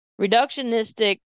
reductionistic